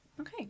Okay